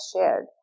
shared